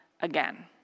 again